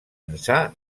ençà